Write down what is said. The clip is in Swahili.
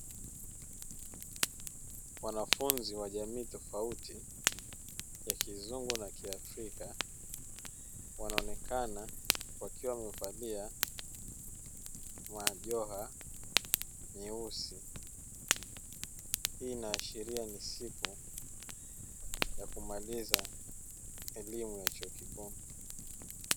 Wanafunzi wa jamii tofauti ya kizungu na kiafrika wanaonekana wakiwa wamevalia majoho meusi, hii inaashiria ni siku ya kumaliza elimu ya chuo kikuu.